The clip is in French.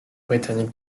britannique